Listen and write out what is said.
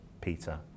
Peter